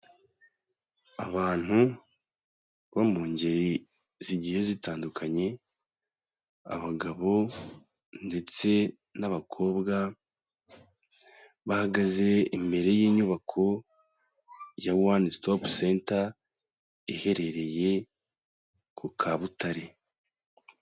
Abantu bo mu ngeri zigiye zitandukanye abagabo ndetse n'abakobwa bahagaze imbere y'inyubako ya one stop center iherereye ku kabutare.